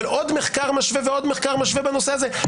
אבל עוד מחקר משווה ועוד מחקר משווה בנושא הזה,